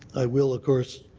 i will, of course,